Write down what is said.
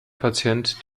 patient